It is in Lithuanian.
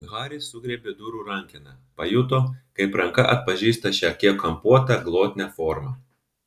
haris sugriebė durų rankeną pajuto kaip ranka atpažįsta šią kiek kampuotą glotnią formą